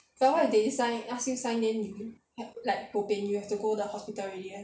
but what if they sign ask you sign then you help bo pian you have to go to the hospital already leh